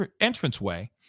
entranceway